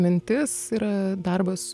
mintis yra darbas